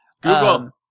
Google